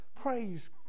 Praise